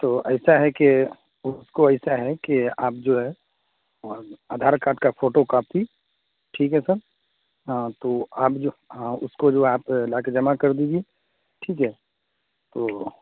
تو ایسا ہے کہ اس کو ایسا ہے کہ آپ جو ہے آدھار کارڈ کا فوٹو کاپی ٹھیک ہے سر ہاں تو آپ جو ہاں اس کو جو ہے آپ لا کے جمع کر دیجیے ٹھیک ہے تو